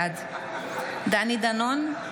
בעד דני דנון,